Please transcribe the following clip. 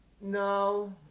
No